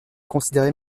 considéré